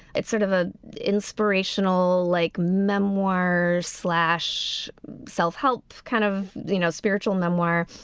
it's sort of a inspirational like memoir slash self-help kind of you know spiritual memoir.